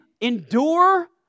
endure